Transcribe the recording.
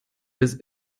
des